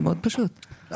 על